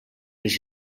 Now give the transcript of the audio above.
les